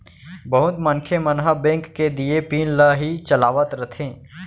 बहुत मनखे मन ह बेंक के दिये पिन ल ही चलावत रथें